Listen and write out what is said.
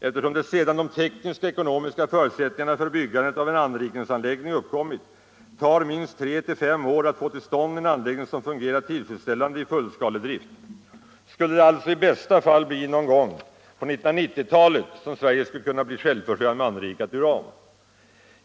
Eftersom det, sedan de tekniska och ekonomiska förutsättningarna för byggandet av en anrikningsanläggning uppkommit, tar minst tre till fem år att få till stånd en anläggning som fungerar tillfredsställande i fullskaledrift, skulle det alltså i bästa fall bli någon gång på 1990-talet som Sverige skulle kunna bli självförsörjande med anrikat uran.